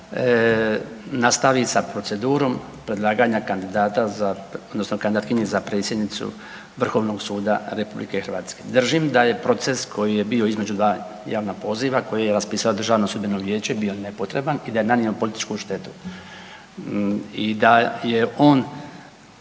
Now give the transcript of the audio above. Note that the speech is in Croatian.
nastavi sa procedurom predlaganja kandidata za, odnosno kandidatkinje za predsjednicu VSRH. Držim da je proces koji je bio između dva javna poziva, koji je raspisalo DSV bio nepotreban i da je nanio političku štetu i da je on